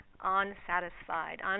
unsatisfied